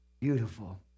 Beautiful